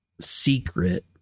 secret